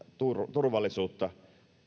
turvallisuutta